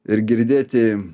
ir girdėti